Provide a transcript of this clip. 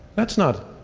that's not